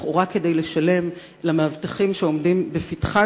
לכאורה כדי לשלם למאבטחים שעומדים בפתחן